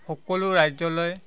সকলো ৰাজ্যলৈ